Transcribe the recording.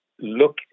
look